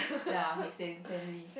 ya okay same family